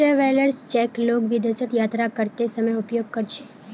travellers cheque लोग विदेश यात्रा करते समय उपयोग कर छे